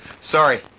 Sorry